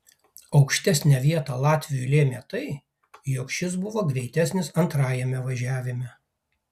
aukštesnę vietą latviui lėmė tai jog šis buvo greitesnis antrajame važiavime